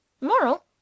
Moral